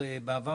בעבר,